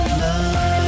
love